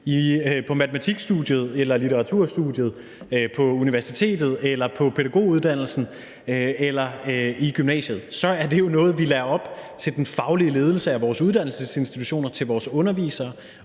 På matematikstudiet eller litteraturstudiet, på universitetet eller på pædagoguddannelsen eller i gymnasiet er det jo noget, vi lader være op til den faglige ledelse af vores uddannelsesinstitutioner og til vores undervisere,